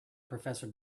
professor